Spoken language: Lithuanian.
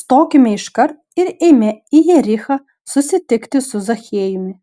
stokime iškart ir eime į jerichą susitikti su zachiejumi